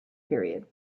period